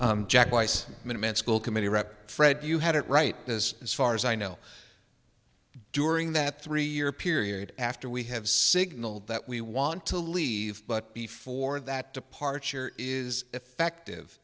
meant school committee rep fred you had it right this as far as i know during that three year period after we have signalled that we want to leave but before that departure is effective